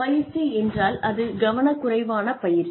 பயிற்சி என்றால் அது கவனக்குறைவான பயிற்சி